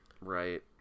Right